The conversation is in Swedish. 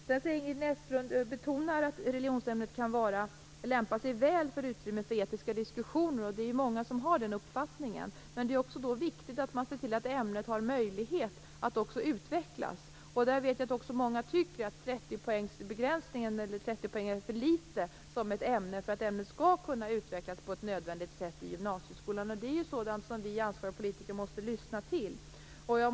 Ingrid Näslund betonar att religionsämnet kan lämpa sig väl för etiska diskussioner. Det är många som har den uppfattningen. Då är det viktigt att man ser till att ämnet har möjlighet att utvecklas. Jag vet att många tycker att 30 poäng är för litet för att ämnet skall kunna utvecklas på ett nödvändigt sätt i gymnasieskolan. Det är sådant som vi ansvariga politiker måste lyssna till.